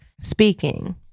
speaking